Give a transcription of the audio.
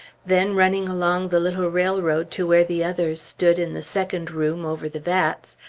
then running along the little railroad to where the others stood in the second room over the vats,